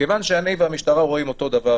כיוון שאני והמשטרה רואים אותו דבר,